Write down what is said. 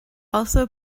also